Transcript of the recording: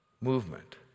movement